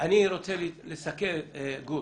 גור,